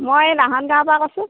মই এই লাহান গাঁৱৰপৰা কৈছোঁ